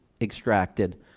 extracted